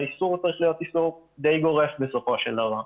והאיסור צריך להיות איסור די גורף בסופו של דבר.